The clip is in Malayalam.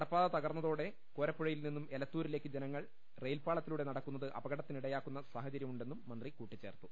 നടപ്പാത തകർന്നതോടെ കോരപ്പൂഴയിൽ നിന്നും എലത്തൂരിലേക്ക് ജനങ്ങൾ റെയിൽപാളത്തിലൂടെ നടക്കുന്നത് അപകടത്തിനിയാക്കുന്ന സാഹചര്യം ഉണ്ടെന്നും മന്ത്രി കൂട്ടിച്ചേർത്തു